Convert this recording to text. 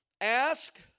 ask